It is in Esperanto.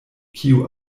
kiu